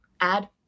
add